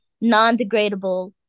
non-degradable